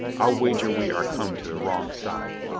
i'll wager we are come to the wrong side.